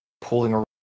pulling